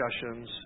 discussions